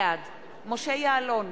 בעד משה יעלון,